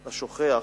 השוכח,